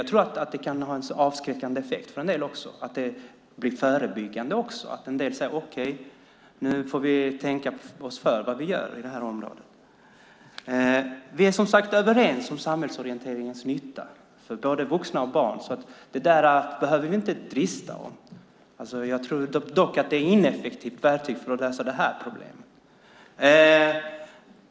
Jag tror att det också kan ha en avskräckande effekt för en del, att det blir förebyggande så att en del säger: Okej, nu får vi tänka oss för vad vi gör. Vi är som sagt överens om samhällsorienteringens nytta för både vuxna och barn, så det behöver vi inte tvista om. Jag tror dock att det är ett ineffektivt verktyg för att lösa det här problemet.